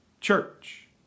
Church